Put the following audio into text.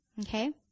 Okay